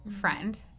friend